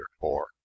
four